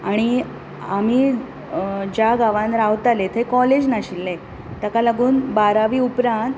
आनी आमी ज्या गावान रावताले थंय कॉलेज नाशिल्लें ताका लागून बारावी उपरांत